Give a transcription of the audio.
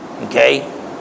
Okay